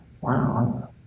wow